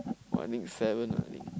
timing is seven or eight